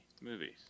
movies